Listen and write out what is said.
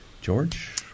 George